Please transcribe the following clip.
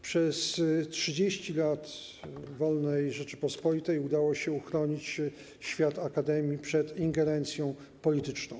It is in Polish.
Przez 30 lat wolnej Rzeczypospolitej udało się uchronić świat akademii przed ingerencją polityczną.